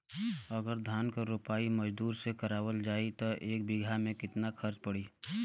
अगर धान क रोपाई मजदूर से करावल जाई त एक बिघा में कितना खर्च पड़ी?